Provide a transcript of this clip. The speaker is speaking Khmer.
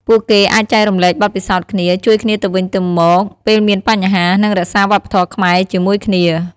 ពួកគេអាចចែករំលែកបទពិសោធន៍គ្នា ជួយគ្នាទៅវិញទៅមកពេលមានបញ្ហា និងរក្សាវប្បធម៌ខ្មែរជាមួយគ្នា ។